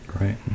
Right